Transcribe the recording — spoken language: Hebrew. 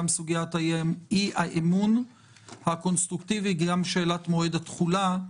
גם סוגיית אי-האמון הקונסטרוקטיבי וגם שאלת מועד התחולה,